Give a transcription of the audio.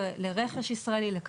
לרכש ישראלי.